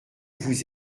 vous